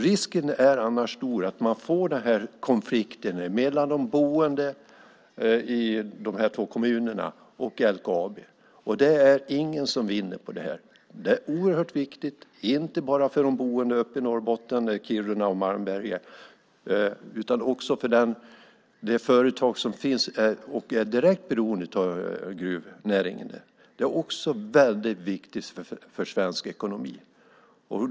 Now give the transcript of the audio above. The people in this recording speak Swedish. Risken är annars stor för att man får en konflikt mellan de boende i de två kommunerna och LKAB, och det är ingen som vinner på det. Det är oerhört viktigt, inte bara för de boende i Kiruna och Malmberget och de företag som är direkt beroende av gruvnäringen, utan det är också väldigt viktigt för svensk ekonomi.